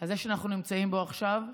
הזה שאנחנו נמצאים בו עכשיו.